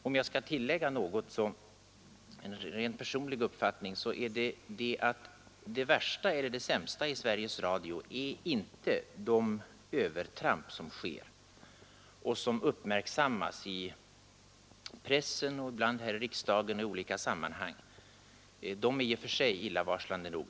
Om jag skall tillägga en rent personlig uppfattning vill jag säga, att det värsta eller det sämsta i Sveriges Radio inte är de övertramp som sker och som uppmärksammas i pressen och ibland här i riksdagen, De är i och för sig illavarslande nog.